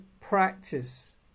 practice